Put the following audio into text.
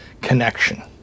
connection